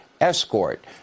Escort